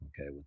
okay